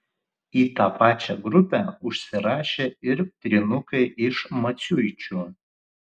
į tą pačią grupę užsirašė ir trynukai iš maciuičių